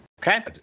Okay